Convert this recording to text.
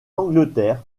angleterre